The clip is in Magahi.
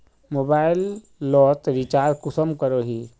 मोबाईल लोत रिचार्ज कुंसम करोही?